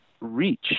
reach